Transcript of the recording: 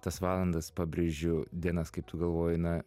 tas valandas pabrėžiu dienas kaip tu galvoji na